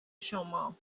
شما